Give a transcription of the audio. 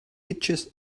itches